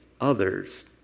others